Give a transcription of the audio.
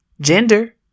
gender